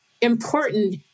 important